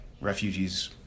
Refugees